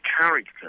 character